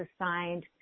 assigned